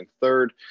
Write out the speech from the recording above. third